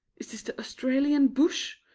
is this the australian bush,